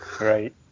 Right